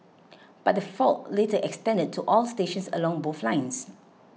but the fault later extended to all stations along both lines